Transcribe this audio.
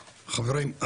חברים,